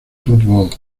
football